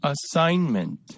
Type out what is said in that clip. Assignment